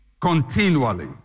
continually